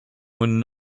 when